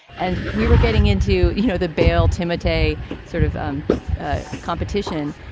and we were getting into, you know, the bale timit a sort of um ah competition.